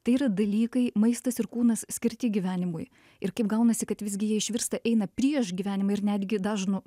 tai yra dalykai maistas ir kūnas skirti gyvenimui ir kaip gaunasi kad visgi jie išvirsta eina prieš gyvenimą ir netgi dažnu